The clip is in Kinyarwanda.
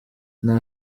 nta